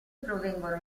provengono